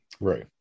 Right